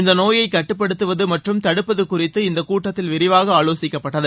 இந்த நோயை கட்டுப்படுத்தவது மற்றும் தடுப்பது குறித்து இந்த கூட்டத்தில் விரிவாக ஆலோசிக்கப்பட்டது